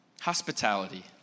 hospitality